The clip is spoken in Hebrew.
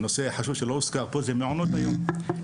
הם צריכים לתקצב את מעונות היום.